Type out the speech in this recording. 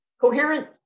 Coherent